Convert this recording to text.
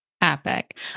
Epic